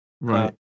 Right